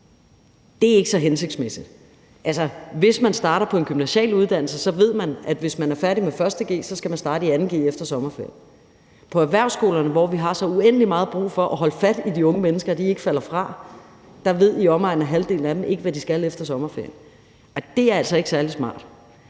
det er ikke så hensigtsmæssigt. Hvis man starter på en gymnasial uddannelse, ved man, at man, hvis man er færdig med 1. g, så skal starte i 2. g efter sommerferien. På erhvervsskolerne, hvor vi har så uendelig meget brug for at holde fast i de unge mennesker, så de ikke falder fra, ved i omegnen af halvdelen af dem ikke, hvad de skal efter sommerferien, og det er altså ikke særlig smart,